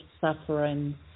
suffering